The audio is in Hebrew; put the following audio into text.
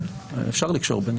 אפשר לקשור ביניהם.